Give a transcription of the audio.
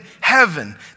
heaven